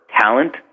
talent